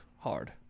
hard